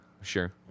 Sure